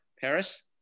Paris